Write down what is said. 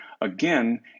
Again